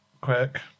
Quick